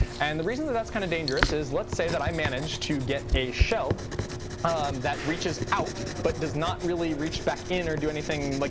and the reason that that's kind of dangerous is let's say that i manage to get a shell um that reaches out but does not really reach back in or do anything. like